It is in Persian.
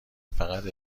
فقط